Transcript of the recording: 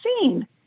seen